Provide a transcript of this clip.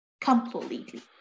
Completely